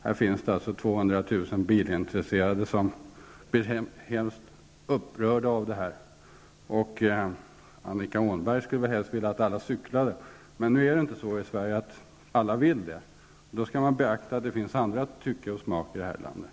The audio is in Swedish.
Det finns 200 000 bilintresserade i Sverige som blir mycket upprörda av detta. Men Annika Åhnberg skulle väl helst vilja att alla cyklade. Men alla i Sverige vill inte cykla, och då skall man acceptera att det finns olika tycke och smak i det här landet.